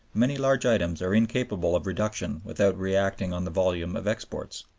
many large items are incapable of reduction without reacting on the volume of exports.